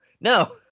No